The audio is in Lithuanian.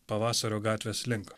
pavasario gatvės link